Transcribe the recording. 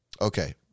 Okay